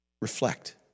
Reflect